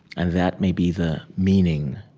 and that may be the meaning